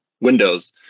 Windows